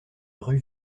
rue